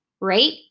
Right